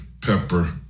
Pepper